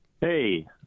Hey